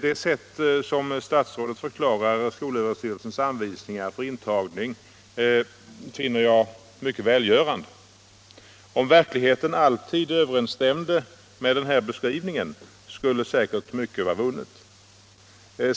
Statsrådets sätt att förklara skolöverstyrelsens anvisningar för intagning finner jag mycket välgörande. Om verkligheten alltid överensstämde med den beskrivningen skulle säkert mycket vara vunnet.